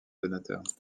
donateurs